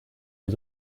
les